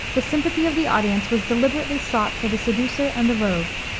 the sympathy of the audience was deliberately sought for the seducer and the rogue,